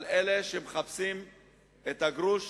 על אלה שמחפשים את הגרוש